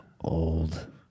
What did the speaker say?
old